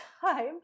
time